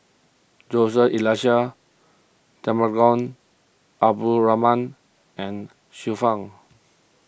Joseph Elias Temenggong Abdul Rahman and Xiu Fang